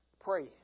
praise